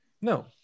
No